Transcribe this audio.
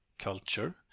culture